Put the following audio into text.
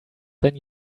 than